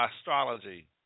astrology